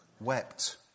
wept